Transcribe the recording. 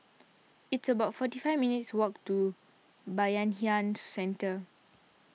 it's about forty five minutes' walk to Bayanihan Centre